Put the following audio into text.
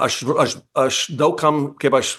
aš aš aš daug kam kaip aš